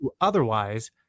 otherwise